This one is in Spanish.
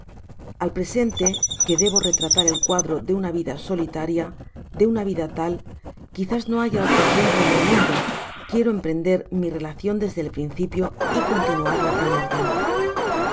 al presente que debo retratar el cuadro de una vida solitaria de una vida tal quizás no haya otro ejemplo en el mundo quiero emprender mi relacion desde el principio y continuarla con órden